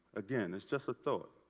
again, it's just a thought.